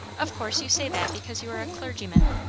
of course you say that because you are a clergyman.